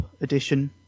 edition